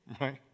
Right